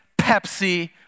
Pepsi